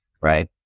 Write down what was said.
Right